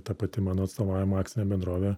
ta pati mano atstovaujama akcinė bendrovė